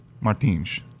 Martins